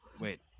Wait